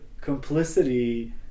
complicity